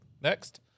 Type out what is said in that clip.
next